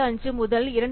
75 முதல் 2